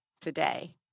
today